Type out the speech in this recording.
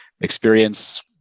experience